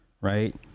right